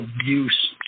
abuse